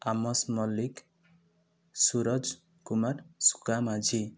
Amash Mallick Suraj Kumar Suka Majhi